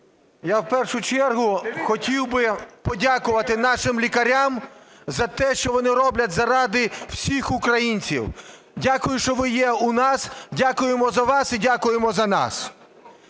я в першу чергу хотів би подякувати нашим лікарям за те, що вони роблять заради всіх українців. Дякую, що ви є у нас, дякуємо за вас і дякуємо за нас.